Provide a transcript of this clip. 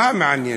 מה מעניינת?